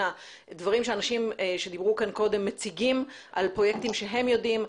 הדברים שמציגים האנשים שדיברו כאן קודם על פרויקטים שהם יודעים,